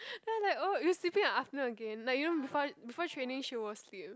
then I was like oh you sleeping in the afternoon again like you know before before training she will sleep